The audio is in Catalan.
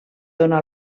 dóna